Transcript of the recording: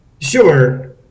sure